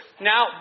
Now